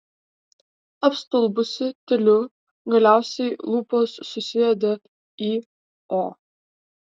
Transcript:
apstulbusi tyliu galiausiai lūpos susideda į o